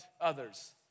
others